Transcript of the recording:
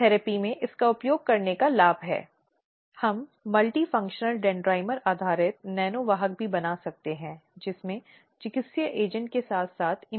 ये प्राकृतिक न्याय के कुछ मूल सिद्धांत हैं जिन्हें प्रक्रिया में शामिल किया जाना है जिसके कारण संगठन में गिरावट आई